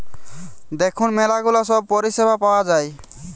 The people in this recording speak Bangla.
দেখুন ম্যালা গুলা সব পরিষেবা পাওয়া যায়